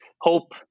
hope